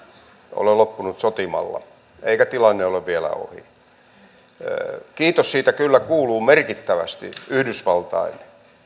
ole loppunut sotimalla eikä tilanne ole vielä ohi siitä että on päästy edes tämän verran nyt eteenpäin kiitos kyllä kuuluu merkittävästi yhdysvaltain